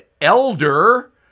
elder